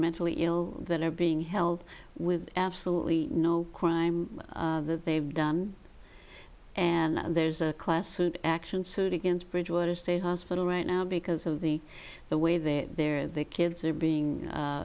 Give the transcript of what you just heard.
mentally ill that are being held with absolutely no crime that they've done and there's a class action suit against bridgewater state hospital right now because of the the way that their kids are being